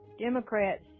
Democrats